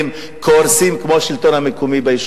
לפעמים לאייש תקנים שאנחנו מפשירים לטובת אותם יישובים.